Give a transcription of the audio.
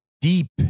deep